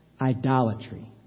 idolatry